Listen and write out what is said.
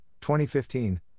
2015